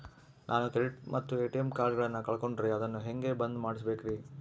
ನಾನು ಕ್ರೆಡಿಟ್ ಮತ್ತ ಎ.ಟಿ.ಎಂ ಕಾರ್ಡಗಳನ್ನು ಕಳಕೊಂಡರೆ ಅದನ್ನು ಹೆಂಗೆ ಬಂದ್ ಮಾಡಿಸಬೇಕ್ರಿ?